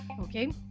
Okay